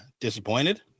disappointed